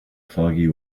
foggy